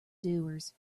doers